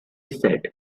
said